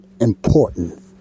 important